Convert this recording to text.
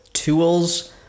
tools